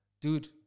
Dude